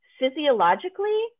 physiologically